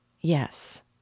Yes